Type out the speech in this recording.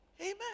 Amen